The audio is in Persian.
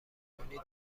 نکنی